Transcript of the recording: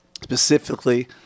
specifically